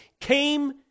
came